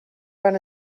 van